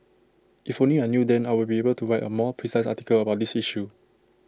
if only I knew then I would be able to write A more precise article about this issue